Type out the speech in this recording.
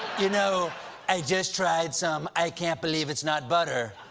you know i just tried some i can't believe it's not butter,